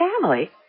Family